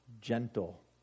gentle